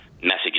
Messages